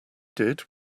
did